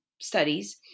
studies